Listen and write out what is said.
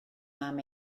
mam